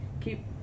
keep